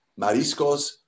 mariscos